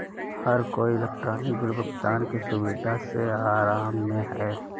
हर कोई electronic bill भुगतान की सुविधा से आराम में है